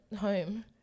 home